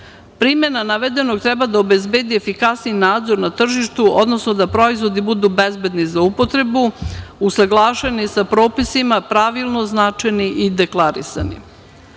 Primena navedenog treba da obezbedi efikasniji nadzor na tržištu, odnosno da proizvodi budu bezbedni za upotrebu, usaglašeni sa propisima, pravilno značajni i deklarisani. Pod